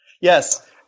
Yes